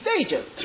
stages